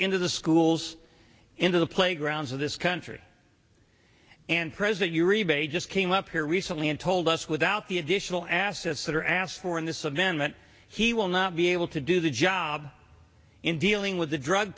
into the schools into the playgrounds of this country and present your e bay just came up here recently and told us without the additional assets that are asked for in this event that he will not be able to do the job in dealing with the drug